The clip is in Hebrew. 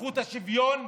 זכות השוויון,